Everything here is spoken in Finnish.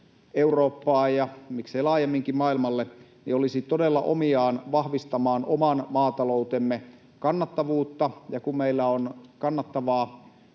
Eurooppaan ja miksei laajemminkin maailmalle, olisi todella omiaan vahvistamaan oman maataloutemme kannattavuutta. Kun meillä on kannattavaa